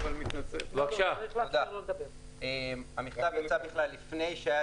של --- המכתב הוצא בכלל לפני שהיה